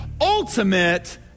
ultimate